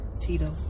tito